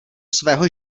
svého